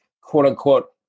quote-unquote